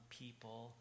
people